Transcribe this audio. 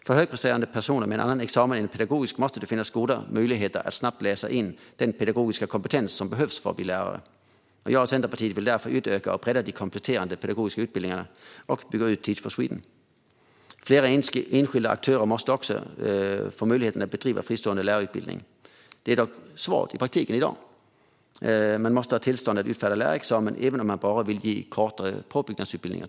För högpresterande personer med en annan examen än en pedagogisk måste det finnas goda möjligheter att snabbt läsa in den pedagogiska kompetens som behövs för att bli lärare. Jag och Centerpartiet vill därför utöka och bredda de kompletterande pedagogiska utbildningarna och bygga ut Teach for Sweden. Fler enskilda aktörer måste också få möjlighet att bedriva fristående lärarutbildning. Det är i dag svårt i praktiken. Man måste ha tillstånd att utfärda lärarexamen även om man bara vill ge exempelvis kortare påbyggnadsutbildningar.